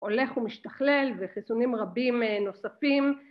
הולך ומשתכלל, וחיסונים רבים א...נוספים,